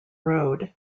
road